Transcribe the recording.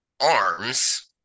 arms